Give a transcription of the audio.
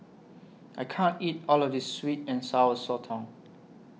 I can't eat All of This Sweet and Sour Sotong